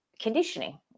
conditioning